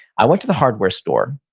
i went to the hardware store,